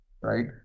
right